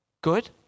Good